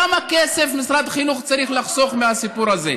כמה כסף משרד החינוך צריך לחסוך מהסיפור הזה,